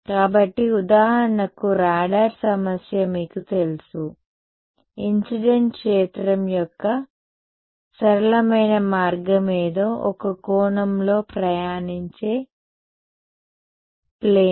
కాబట్టి ఉదాహరణకు రాడార్ సమస్య మీకు తెలుసు ఇన్సిడెంట్ క్షేత్రం యొక్క సరళమైన మార్గం ఏదో ఒక కోణంలో ప్రయాణించే ప్లేన్